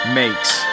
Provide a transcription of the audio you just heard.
makes